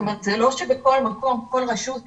זה לא שבכל מקום כל רשות מבקשת,